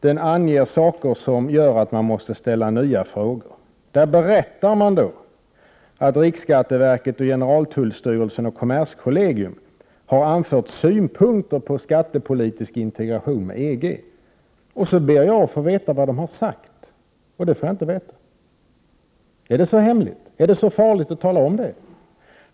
Den anger saker som gör att jag måste ställa nya frågor. Där berättar regeringen att riksskatteverket, generaltullstyrelsen och kommerskollegium har anfört synpunkter på en skattepolitisk integration med EG. Så ber jag att få veta vad som har sagts, men det får jag inte veta. Är det så hemligt? Är det så farligt att tala om det?